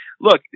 look